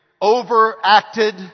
overacted